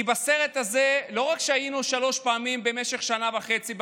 כי בסרט הזה לא רק שהיינו שלוש פעמים במשך שנה וחצי,